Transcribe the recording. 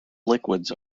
liquids